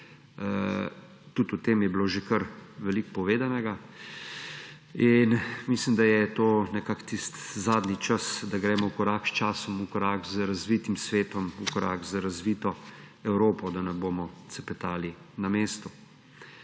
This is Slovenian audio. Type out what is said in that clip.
tudi o tem je bilo že kar veliko povedanega. Mislim, da je to nekako tisti zadnji čas, da gremo v korak s časom, v korak z razvitim svetom, v korak z razvito Evropo, da ne bomo cepetali na mestu.